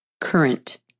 current